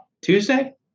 Tuesday